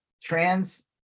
trans